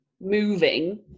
moving